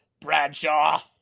Bradshaw